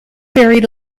buried